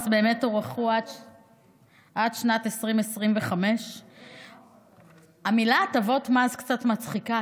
באמת הוארכו עד שנת 2025. המילים "הטבות מס" קצת מצחיקות,